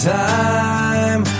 time